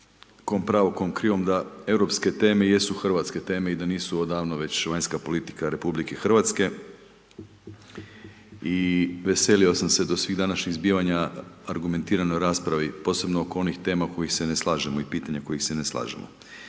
kom pravo kom krivo da europske teme jesu hrvatske teme i da nisu odavno već vanjska politika Republike Hrvatske i veselio sam se do svih današnjih zbivanja argumentiranoj raspravi, posebno oko onih tema oko kojih se ne slažemo i pitanja kojih se ne slažemo.